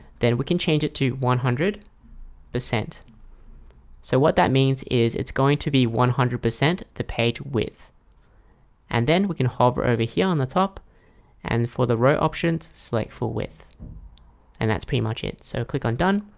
then we can change it to one hundred percent so what that means is it's going to be one hundred percent the page with and then we can hover over here on the top and for the row options select full width' and that's pretty much it. so click on done